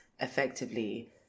effectively